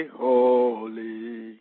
holy